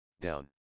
down